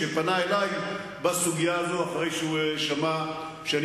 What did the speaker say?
שפנה אלי בסוגיה הזאת אחרי שהוא שמע שאני